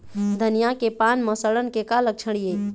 धनिया के पान म सड़न के का लक्षण ये?